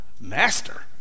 master